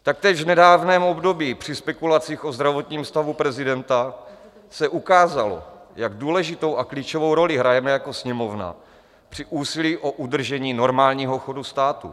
Taktéž v nedávném období při spekulacích o zdravotním stavu prezidenta se ukázalo, jak důležitou a klíčovou roli hrajeme jako Sněmovna při úsilí o udržení normálního chodu státu.